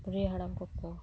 ᱵᱩᱲᱦᱤ ᱦᱟᱲᱟᱢᱠᱚ ᱠᱚ